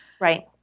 Right